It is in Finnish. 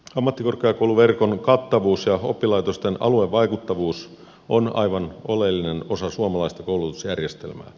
ammattikorkeakouluverkon kattavuus ja oppilaitosten aluevaikuttavuus on aivan oleellinen osa suomalaista koulutusjärjestelmää